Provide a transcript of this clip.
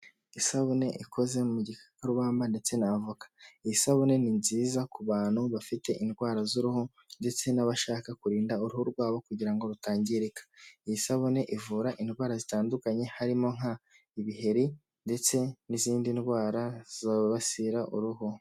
Isabune ikoze mu gikakarubamba ndetse na avoka. Iyi sabune ni nziza ku bantu bafite indwara z'uruhu ndetse n'abashaka kurinda uruhu rwabo kugira ngo rutangirika. Iyi sabune ivura indwara zitandukanye harimo nka ibiheri, ndetse n'izindi ndwara zibasira uruhu.